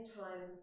time